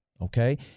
okay